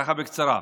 ככה בקצרה.